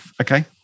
Okay